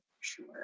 sure